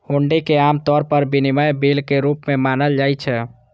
हुंडी कें आम तौर पर विनिमय बिल के रूप मे मानल जाइ छै